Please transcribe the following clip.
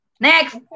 Next